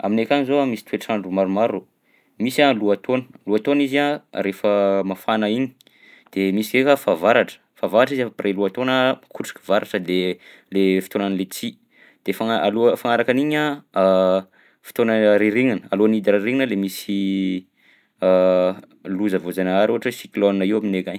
Aminay akany zao a misy toetrandro maromaro: misy a lohataona, lohataona izy a rehefa mafana igny; de misy eka fahavaratra, fahavaratra izy après lohataona mikotroka varatra de le fotoanan'ny letchi; de fagna- aloha fagnaraka an'igny a, fotoana rirignina, alohan'ny hidira rirignina lay misy loza voazanahary ohatra hoe cyclone io aminay akagny.